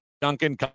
Duncan